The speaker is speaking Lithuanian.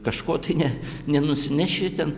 kažko tai ne nenusineši ten